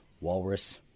walrus